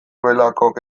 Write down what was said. belakok